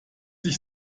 sich